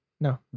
No